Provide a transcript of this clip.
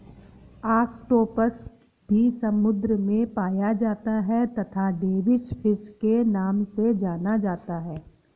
octopus भी समुद्र में पाया जाता है तथा डेविस फिश के नाम से जाना जाता है